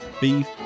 beef